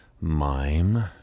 Mime